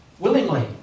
willingly